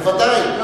בוודאי.